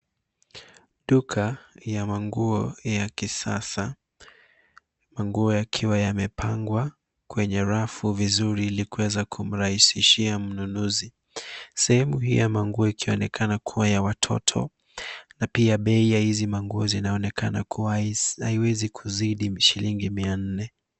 Duka ya manguo ya kisasa, manguo yakiwa yamepangwa kwenye rafu vizuri ili kuweza kumrahisishia mnunuzi. Sehemu hii ya manguo, ikionekana kuwa ya watoto na pia bei ya hizi manguo zinaonekana kuwa haiwezi kuzidi shilingi mia nne.